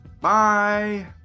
Bye